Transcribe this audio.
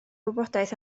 wybodaeth